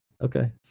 Okay